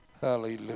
hallelujah